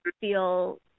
feel